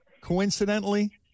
coincidentally